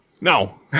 No